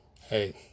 hey